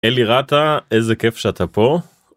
אלי רטה איזה כיף שאתה פה.